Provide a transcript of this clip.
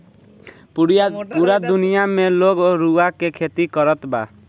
पूरा दुनिया में लोग रुआ के खेती करत बा